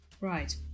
Right